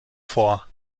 vor